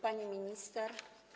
Pani Minister!